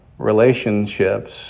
relationships